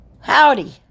howdy